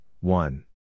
one